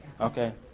Okay